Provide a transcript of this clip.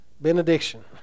benediction